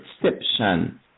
perception